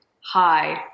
hi